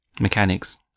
mechanics